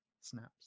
snaps